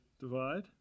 divide